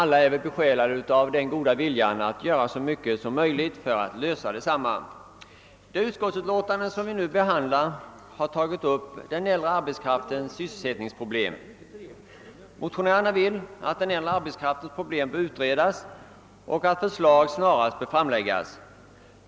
Alla är vi besjälade av en god vilja att göra så mycket som möjligt för att åstadkomma en lösning. Otkså i det utskottsutlåtande som vi nu behandlar tas den äldre arbetskraftens sysselsättningsproblem upp. I de motioner som ligger till grund för utlåtandet begärs att dessa problem skall utredas och förslag i ärendet snarast framläggas.